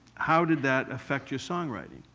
how did that affect your songwriting,